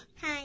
Hi